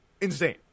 insane